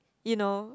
you know